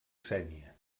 sénia